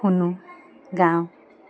শুনো গাওঁ